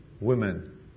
women